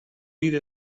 είδε